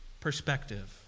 perspective